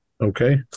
Okay